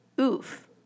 Oof